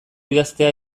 idaztea